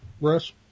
Russ